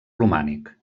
romànic